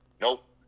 Nope